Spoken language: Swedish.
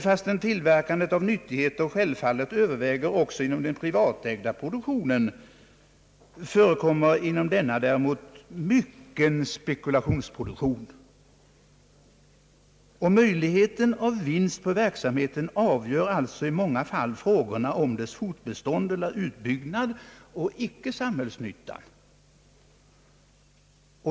Fastän tillverkandet av nyttigheter självfallet överväger också inom den privatägda produktionen, förekommer inom denna däremot mycken spekulationsproduktion. Möjligheten av vinst på verksamheten och inte samhällsnyttan avgör alltså i många fall frågorna om dess fortbestånd eller utbyggnad.